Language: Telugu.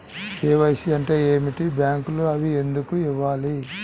కే.వై.సి అంటే ఏమిటి? బ్యాంకులో అవి ఎందుకు ఇవ్వాలి?